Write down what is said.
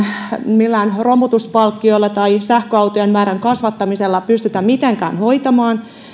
millään romutuspalkkiolla tai sähköautojen määrän kasvattamisella pystytä mitenkään hoitamaan